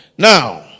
Now